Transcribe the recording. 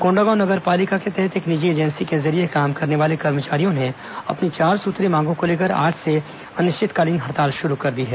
कोंडागांव नगर पालिका के तहत एक निजी एजेंसी के जरिये काम करने वाले कर्मचारियों ने अपनी चार सूत्रीय मांगों को लेकर आज से अनिश्चितकालीन हड़ताल शुरू कर दी है